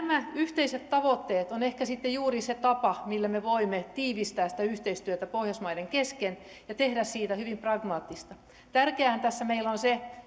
nämä yhteiset tavoitteet ovat ehkä sitten juuri se tapa millä me voimme tiivistää sitä yhteistyötä pohjoismaiden kesken ja tehdä siitä hyvin pragmaattista tärkeäähän tässä meillä on se